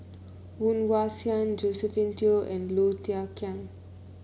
Woon Wah Siang Josephine Teo and Low Thia Khiang